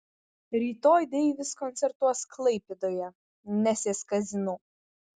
rytoj deivis koncertuos klaipėdoje nesės kazino